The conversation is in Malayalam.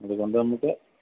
അതുകൊണ്ട് നമുക്ക്